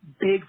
big